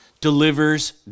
delivers